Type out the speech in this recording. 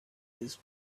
this